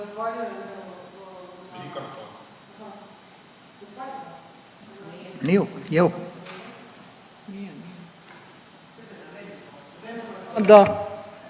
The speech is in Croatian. Da.